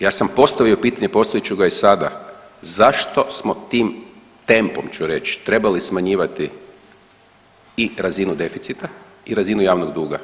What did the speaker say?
Ja sam postavio pitanje i postavit ću ga i sada, zašto smo tim, tempom ću reći, trebali smanjivati i razinu deficita i razinu javnog duga?